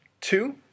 Two